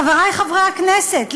חברי חברי הכנסת,